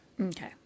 Okay